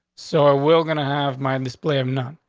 so i will gonna have my and display of none.